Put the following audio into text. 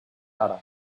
ara